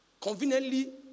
conveniently